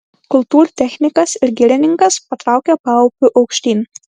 kultūrtechnikas ir girininkas patraukė paupiu aukštyn